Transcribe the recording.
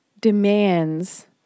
demands